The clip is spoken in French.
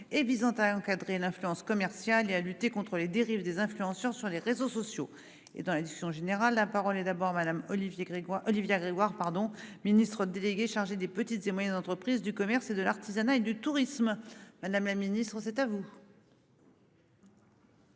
et visant à encadrer l'influence commerciale et à lutter contre les dérive des influenceurs sur les réseaux sociaux et dans la discussion générale. La parole est d'abord madame Olivia Grégoire Olivia Grégoire pardon Ministre délégué chargé des petites et moyennes entreprises du commerce et de l'artisanat et du tourisme. Madame la Ministre c'est à vous.